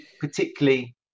particularly